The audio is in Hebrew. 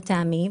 לטעמי,